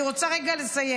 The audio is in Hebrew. אני רוצה לסיים.